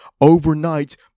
overnight